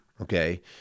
okay